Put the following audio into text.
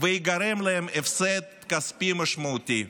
וייגרם להם הפסד כספי משמעותי.